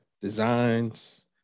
designs